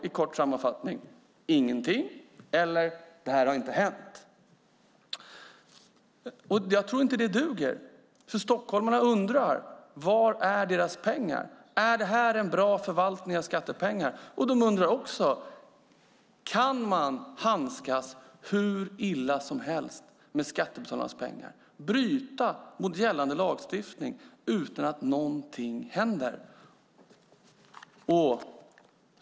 I kort sammanfattning är ert svar: Ingenting. Eller också: Det inte har hänt. Jag tror inte att det duger. Stockholmarna undrar var deras pengar är. Är detta en bra förvaltning av skattepengar? De undrar också: Kan man handskas hur illa som helst med skattebetalarnas pengar? Kan man bryta mot gällande lagstiftning utan att någonting händer?